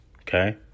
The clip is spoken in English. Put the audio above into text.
Okay